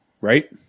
right